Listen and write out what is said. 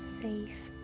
safe